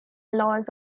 laws